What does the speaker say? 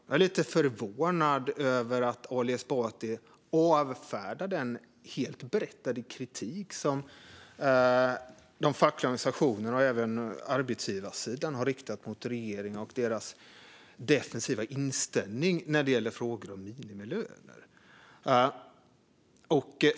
Jag är lite förvånad över att Ali Esbati avfärdar den helt berättigade kritik som de fackliga organisationerna och även arbetsgivarsidan har riktat mot regeringen och dess defensiva inställning när det gäller frågor om minimilöner.